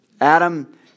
Adam